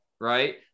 right